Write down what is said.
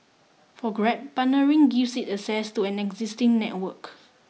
for grab partnering gives it access to an existing network